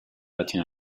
latin